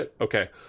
Okay